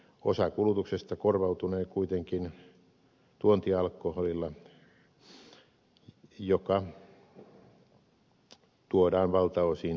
osa kulutuksesta korvautunee kuitenkin tuontialkoholilla joka tuodaan valtaosin virosta